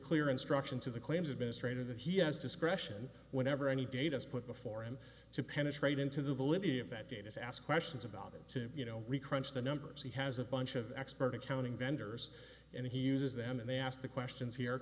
clear instruction to the claims administrator that he has discretion whenever any data is put before him to penetrate into the ability of that data to ask questions about it to you know we crunched the numbers he has a bunch of expert accounting vendors and he uses them and they ask the questions here